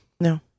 No